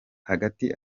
hagati